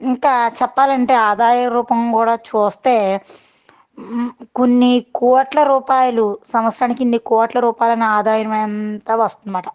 ఇంకా చెప్పాలంటే ఆదాయ రూపం కూడా చూస్తే కొన్ని కోట్ల రూపాయలు సంవత్సరానికి ఇన్ని కోట్ల రూపాయల ఆదాయం అంతా వస్తుంది అన్నమాట